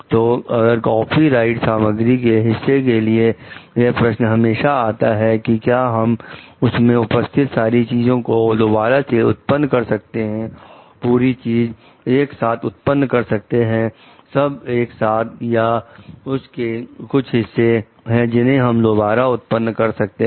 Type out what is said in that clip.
तो अगर कॉपीराइट सामग्री के हिस्से के लिए यह प्रश्न हमेशा आता है कि क्या हम उसमें उपस्थित सारी चीज को दोबारा से उत्पन्न कर सकते हैं पूरी चीज एक साथ उत्पन्न कर सकते हैं सब एक साथ या उस के कुछ हिस्से हैं जिन्हें हम दोबारा उत्पन्न कर सकते हैं